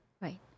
right